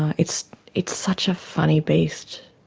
it's it's such a funny beast,